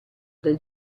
del